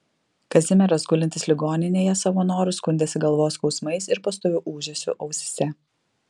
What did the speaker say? kazimieras gulintis ligoninėje savo noru skundėsi galvos skausmais ir pastoviu ūžesiu ausyse